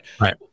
right